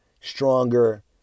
stronger